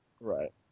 right